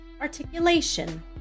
articulation